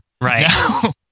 Right